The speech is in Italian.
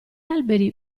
alberi